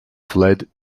fled